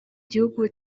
gihugu